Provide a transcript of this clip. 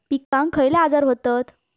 पिकांक खयले आजार व्हतत?